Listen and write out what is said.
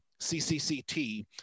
CCCT